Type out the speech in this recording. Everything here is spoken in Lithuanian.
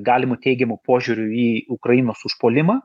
galimu teigiamu požiūriu į ukrainos užpuolimą